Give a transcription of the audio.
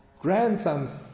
grandson's